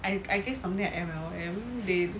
I I guess something like M_L_M they